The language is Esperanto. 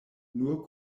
nur